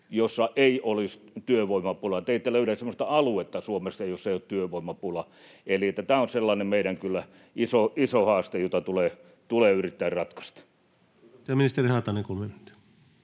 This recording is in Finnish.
jossa ei olisi työvoimapulaa. Te ette löydä Suomesta semmoista aluetta, jolla ei ole työvoimapulaa. Eli tämä on kyllä sellainen meidän iso haaste, jota tulee yrittää ratkaista. Kiitoksia. — Ministeri Haatainen, 3 minuuttia.